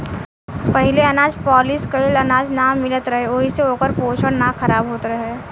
पहिले अनाज पॉलिश कइल अनाज ना मिलत रहे ओहि से ओकर पोषण ना खराब होत रहे